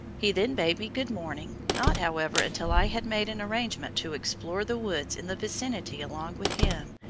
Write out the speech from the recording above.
he then bade me good morning, not, however, until i had made an arrangement to explore the woods in the vicinity along with him,